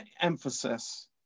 emphasis